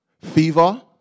fever